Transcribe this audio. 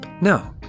No